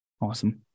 Awesome